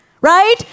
right